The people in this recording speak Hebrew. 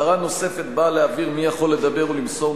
הסדרה נוספת באה להבהיר מי יכול לדבר ולמסור